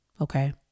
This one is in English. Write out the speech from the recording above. okay